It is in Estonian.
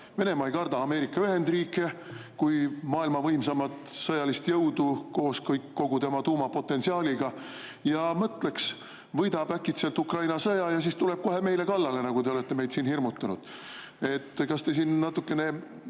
Venemaa ei karda Ameerika Ühendriike kui maailma võimsaimat sõjalist jõudu kogu tema tuumapotentsiaaliga, ja mõtleks, võidab äkitselt Ukraina sõja ja siis tuleb kohe meile kallale, nagu te olete meid hirmutanud. Kas te loogikavigu